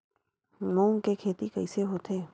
मूंग के खेती कइसे होथे?